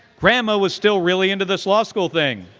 grandma was still really into this law school thing.